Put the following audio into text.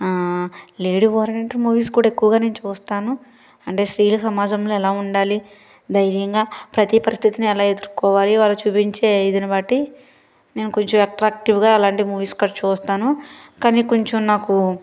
లేడి oriented movies కూడ ఎక్కువగా నేను చూస్తాను అంటే స్త్రీలు సమాజంలో ఎలా ఉండాలి ధైర్యంగా ప్రతి పరిస్థితిని ఎలా ఎదుర్కోవాలి వాళ్ళు చూపించే ఇదిని బట్టి కొంచెం ఎట్రాక్టివ్గా అలాంటి మూవీస్ కూడా చూస్తాను కానీ కొంచం నాకు